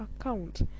account